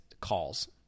calls